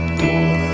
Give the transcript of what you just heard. door